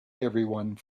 everyone